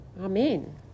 Amen